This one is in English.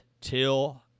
Till